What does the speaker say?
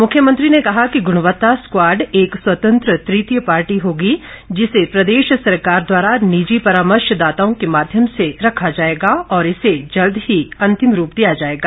मुख्यमंत्री ने कहा कि गुणवत्ता स्क्वाड एक स्वतंत्र तृतीय पार्टी होगा जिसे प्रदेश सरकार द्वारा निजी परामर्श दाताओं के माध्यम से रखा जाएगा और इसे जल्द ही अंतिम रूप दिया जाएगा